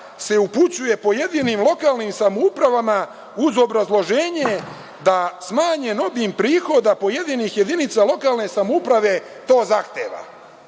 se upućuje pojedinim lokalnim samoupravama uz obrazloženje da smanjen obim prihoda pojedinih jedinica lokalne samouprave to zahteva. Tada